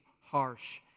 harsh